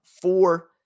four